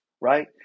right